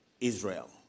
Israel